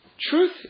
truth